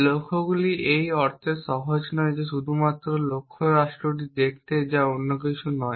লক্ষ্যগুলি এই অর্থে সহজ যে শুধুমাত্র লক্ষ্য রাষ্ট্রটি দেখতে যা অন্য কিছু নয়